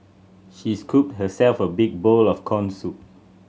she scooped herself a big bowl of corn soup